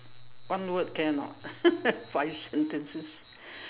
one word can or not five sentences